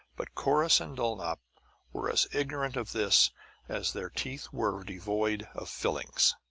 but corrus and dulnop were as ignorant of this as their teeth were devoid of fillings.